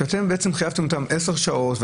שאתם חייבתם אותם בעשר שעות?